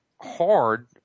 hard